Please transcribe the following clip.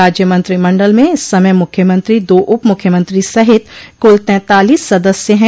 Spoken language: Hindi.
राज्य मंत्रिमंडल में इस समय मुख्यमंत्री दो उप मुख्यमंत्री सहित कुल तैंतालीस सदस्य है